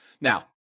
Now